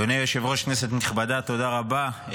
אדוני היושב-ראש, כנסת נכבדה, תודה רבה.